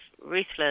ruthless